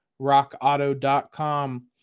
rockauto.com